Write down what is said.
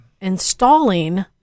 installing